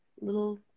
little